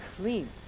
clean